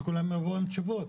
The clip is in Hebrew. שכולם יבואו עם תשובות,